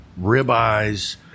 ribeyes